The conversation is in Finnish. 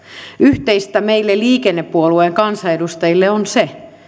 yhteistä meille liikennepuolueen kansanedustajille on se